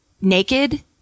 Naked